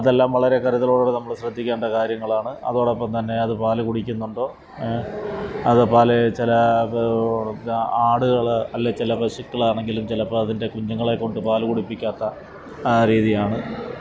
അതെല്ലാം വളരെ കരുതലോടുകൂടെ നമ്മൾ ശ്രദ്ധിക്കേണ്ട കാര്യങ്ങളാണ് അതോടൊപ്പം തന്നെ അത് പാല് കുടിക്കുന്നുണ്ടോ അത് പാല് ചില ആടുകൾ അല്ലെങ്കിൽ ചില പശുക്കളാണെങ്കിലും ചിലപ്പം അതിന്റെ കുഞ്ഞുങ്ങളേക്കൊണ്ട് പാല് കുടിപ്പിക്കാത്ത ആ രീതിയാണ്